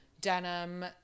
denim